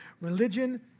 Religion